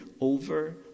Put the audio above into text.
over